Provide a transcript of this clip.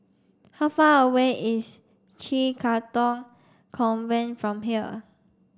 how far away is CHIJ Katong Convent from here